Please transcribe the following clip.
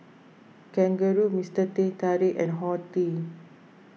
Kangaroo Mister Teh Tarik and Horti